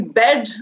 bed